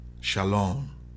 Shalom